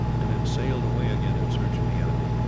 and then sailed away again in search of the enemy.